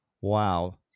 Wow